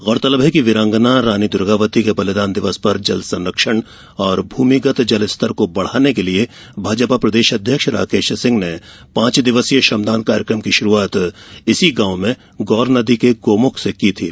गौरतलब है कि वीरांगना रानी दुर्गावती के बलिदान दिवस पर जल संरक्षण और भूमिगत जलस्तर को बढ़ाने के लिए भाजपा प्रदेश अध्यक्ष राकेश सिंह ने पांच दिवसीय श्रमदान कार्यक्रम की श्रुआत इस गांव में गौर नदी के गौमुख से की थी